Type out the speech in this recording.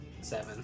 seven